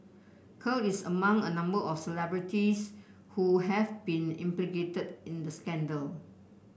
Kerr is among a number of celebrities who have been implicated in the scandal